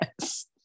yes